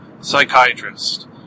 psychiatrist